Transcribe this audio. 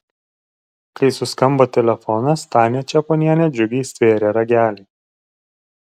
kai suskambo telefonas tania čeponienė džiugiai stvėrė ragelį